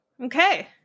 Okay